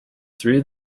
through